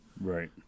right